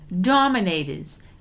dominators